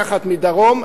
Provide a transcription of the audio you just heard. לקחת מדרום,